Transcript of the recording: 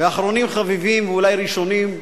אחרונים חביבים, ואולי ראשונים,